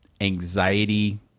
anxiety